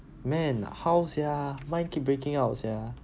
man how sia mine keep breaking out sia